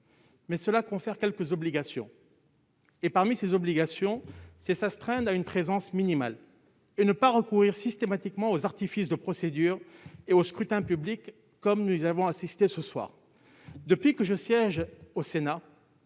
mais cela confère quelques obligations et parmi ces obligations s'astreindre à une présence minimale et ne pas recourir systématiquement aux artifices de procédures et au scrutin public comme nous avons assisté ce soir depuis que je siège au Sénat,